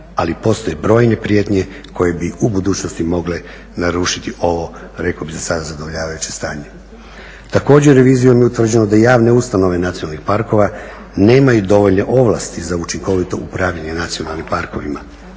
Ali postoje brojne prijetnje koje bi u budućnosti mogle narušiti ovo rekao bih zasada zadovoljavajuće stanje. Također, revizijom je utvrđeno da javne ustanove nacionalnih parkova nemaju dovoljne ovlasti za učinkovito upravljanje nacionalnim parkovima.